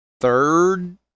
third